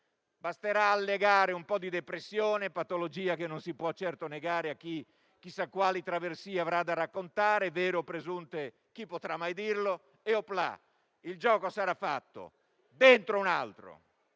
Basterà allegare un po' di depressione, patologia che non si può certo negare a chi chissà quali traversie avrà da raccontare, vere o presunte chi potrà mai dirlo, e il gioco sarà fatto: dentro un altro.